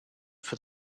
for